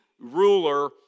ruler